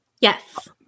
Yes